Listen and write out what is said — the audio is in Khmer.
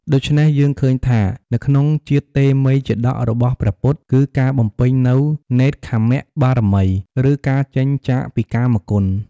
ដូច្នេះយើងឃើញថា នៅក្នុងជាតិតេមិយជាតករបស់ព្រះពុទ្ធិ គឺការបំពេញនូវ នេក្ខម្មបារមី ឬការចេញចាកពីកាមគុណ។